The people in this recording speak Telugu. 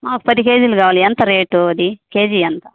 మాకు పది కేజీలు కావాలి ఎంత రేటు అది కేజీ ఎంత